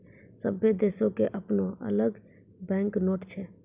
सभ्भे देशो के अपनो अलग बैंक नोट छै